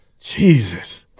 Jesus